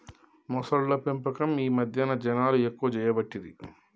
మొసళ్ల పెంపకం ఈ మధ్యన జనాలు ఎక్కువ చేయబట్టిరి